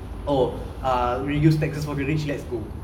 oh err reduce taxes will be rich let's go